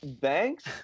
thanks